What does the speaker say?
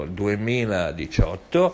2018